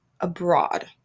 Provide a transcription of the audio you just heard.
abroad